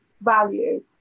value